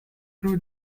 true